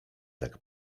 tak